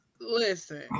Listen